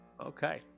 Okay